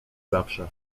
zawsze